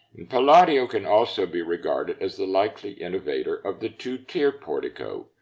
palladio can also be regarded as the likely innovator of the two-tier portico,